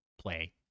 play